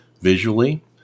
visually